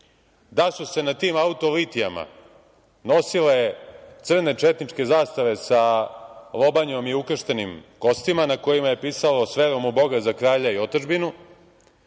da su se na tim auto-litijama nosile crne četničke zastave sa lobanjom i ukrštenim kostima na kojima je pisalo - sa verom u Boga za kralja i otadžbinu. Danas